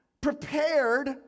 prepared